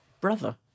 brother